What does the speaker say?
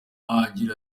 agira